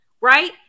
right